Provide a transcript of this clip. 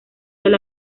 del